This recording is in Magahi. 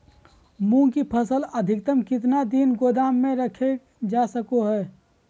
मूंग की फसल अधिकतम कितना दिन गोदाम में रखे जा सको हय?